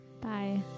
Bye